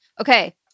Okay